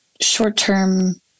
short-term